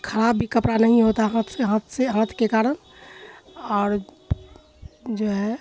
خراب بھی کپڑا نہیں ہوتا ہے ہاتھ سے ہاتھ سے ہاتھ کے کارن اور جو ہے